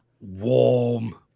warm